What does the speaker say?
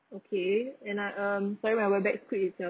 okay and I um sorry when I went back quit itself